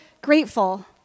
grateful